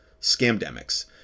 Scamdemics